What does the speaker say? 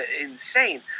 insane